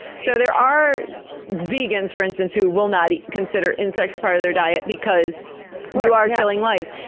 so there are vegans, for instance, who will not consider insects part of their diet because you are killing lives.